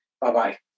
Bye-bye